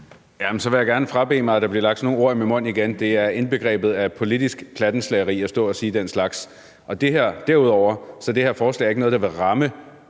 Så vil jeg gerne frabede mig, at der bliver lagt sådan nogle ord i min mund igen. Det er indbegrebet af politisk plattenslageri at stå og sige den slags. Derudover er det her forslag ikke noget, der vil ramme